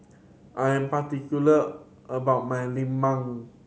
I am particular about my lemang